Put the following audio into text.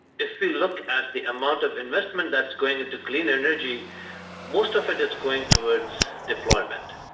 if we look at the amount of investment that's going into clean energy most of it is going towards deployment.